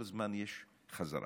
כל הזמן יש חזרה.